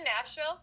Nashville